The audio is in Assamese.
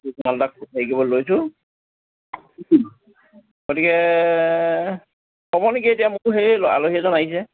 থাকিব লৈছোঁ গতিকে হ'ব নেকি এতিয়া মোক সেই আলহী এজন আহিছে